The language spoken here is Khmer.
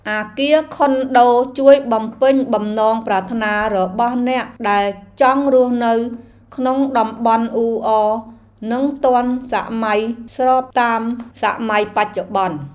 អគារខុនដូជួយបំពេញបំណងប្រាថ្នារបស់អ្នកដែលចង់រស់នៅក្នុងតំបន់អ៊ូអរនិងទាន់សម័យស្របតាមសម័យបច្ចុប្បន្ន។